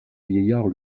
vieillard